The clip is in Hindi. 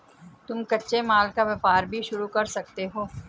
तुम कच्चे माल का व्यापार भी शुरू कर सकते हो